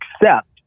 accept